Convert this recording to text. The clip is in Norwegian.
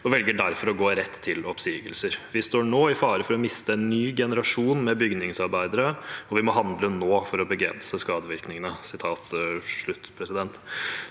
og velger derfor å gå rett til oppsigelser. Vi står nå i fare for å miste en ny generasjon med bygningsarbeidere, og vi må handle nå for å begrense skadevirkningene.»